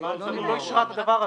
וועדת שרים לא אישרה את הדבר הזה.